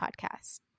podcast